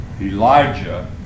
Elijah